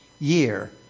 year